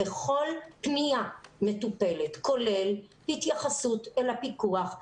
כל פנייה מטופלת כולל התייחסות אל הפיקוח,